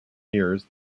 years